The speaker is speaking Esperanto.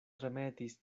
tremetis